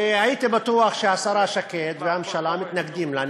והייתי בטוח שהשרה שקד והממשלה מתנגדים לה,